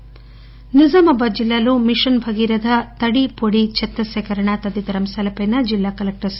నిజామాబాద్ నిజామాబాద్ జిల్లాలో మిషన్ భగీరథ తడి పొడి చెత్త సేకరణ తదితర అంశాలపై జిల్లా కలెక్టర్ సి